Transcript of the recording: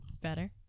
Better